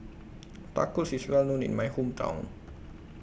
Tacos IS Well known in My Hometown